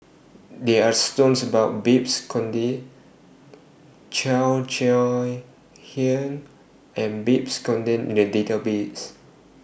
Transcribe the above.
There Are stories about Babes Conde Cheo Chai Hiang and Babes Conde in The Database